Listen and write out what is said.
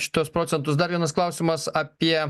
šituos procentus dar vienas klausimas apie